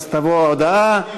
אז תבוא הודעה.